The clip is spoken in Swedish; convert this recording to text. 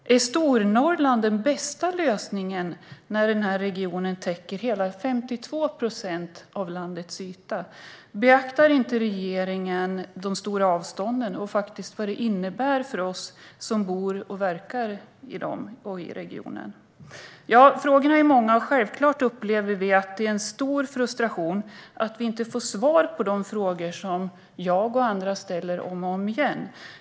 Är Stornorrland den bästa lösningen när regionen täcker hela 52 procent av landets yta? Beaktar inte regeringen de stora avstånden och vad detta innebär för oss som bor och verkar i regionen? Frågorna är många, och självklart upplever vi en stor frustration över att vi inte får svar på de frågor som jag och andra ställer om och om igen.